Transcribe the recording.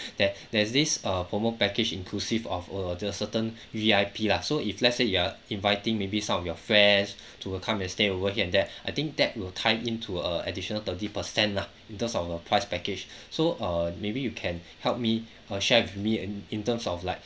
there there's this uh promo package inclusive of uh the certain V_V_I_P lah so if let's say you are inviting maybe some of your friends to uh come and stay over here and there I think that will tied in to uh additional thirty percent lah in terms of a price package so uh maybe you can help me uh share with me in in terms of like